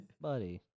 Buddy